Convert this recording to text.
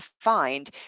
find